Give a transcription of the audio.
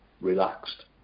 relaxed